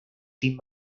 tim